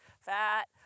fat